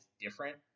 different